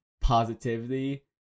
positivity